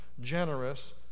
generous